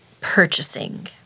purchasing